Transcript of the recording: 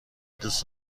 دوست